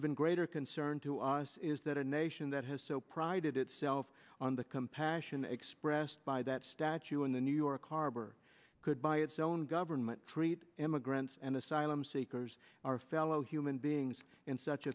even greater concern to us is that a nation that has so prided itself on the compassion expressed by that statue in the new york harbor could by its own government treat immigrants and asylum seekers our fellow human beings in such